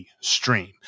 stream